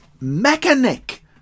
mechanic